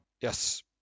Yes